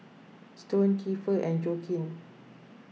Stone Kiefer and Joaquin